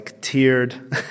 tiered